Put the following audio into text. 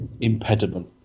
impediment